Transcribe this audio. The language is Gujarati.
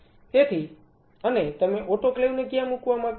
તેથી અને તમે ઓટોક્લેવ ને ક્યાં મૂકવા માંગતા હતા